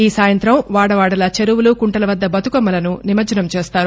ఈ సాయంతం వాడవాడలా చెరువులు కుంటల వద్ద బతుకమ్మలను నిమజ్జనం చేస్తారు